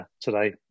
today